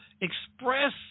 express